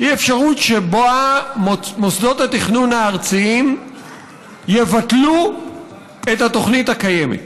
היא אפשרות שבה מוסדות התכנון הארציים יבטלו את התוכנית הקיימת.